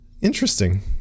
interesting